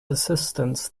assistance